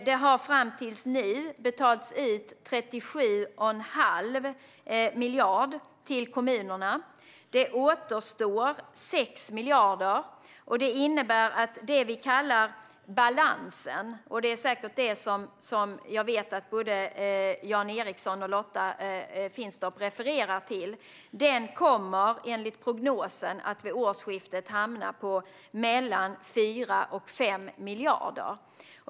Det har fram tills nu betalats ut 37 1⁄2 miljard till kommunerna. Det återstår 6 miljarder. Det innebär att det vi kallar balansen - och det är säkert det som både Jan Ericson och Lotta Finstorp refererar till - vid årsskiftet enligt prognosen kommer att hamna på mellan 4 och 5 miljarder.